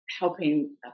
helping